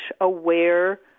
aware